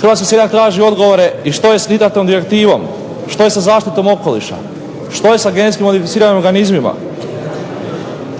Hrvatski seljak traži odgovore što je sa … direktivom, što je sa zaštitom okoliša, što je sa genetski modificiranim organizmima,